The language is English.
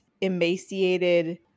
emaciated